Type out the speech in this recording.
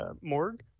morgue